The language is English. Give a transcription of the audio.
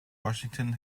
washington